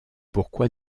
pourquoi